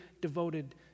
devoted